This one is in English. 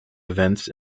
event